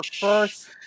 first